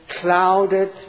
clouded